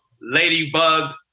Ladybug